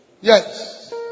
Yes